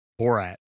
Borat